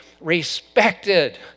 respected